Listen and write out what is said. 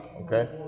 okay